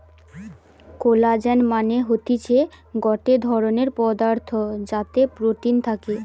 collagen মানে হতিছে গটে ধরণের পদার্থ যাতে প্রোটিন থাকে